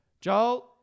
Joel